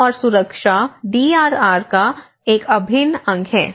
स्वास्थ्य और सुरक्षा डीआरआर का एक अभिन्न अंग है